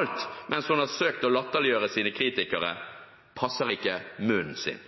alt mens hun har søkt å latterliggjøre sine kritikere ved å si at de ikke passer munnen sin.